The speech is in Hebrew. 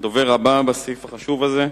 הדובר הבא בסעיף החשוב הזה,